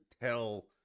tell